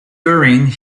during